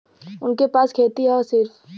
उनके पास खेती हैं सिर्फ